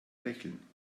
lächeln